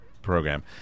program